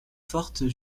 fortes